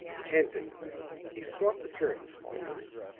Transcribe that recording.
panting he sought to turn the small horse,